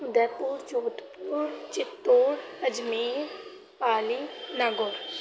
Udaipur Jodhpur Chittor Ajmer Pali Nagaur